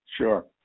Sure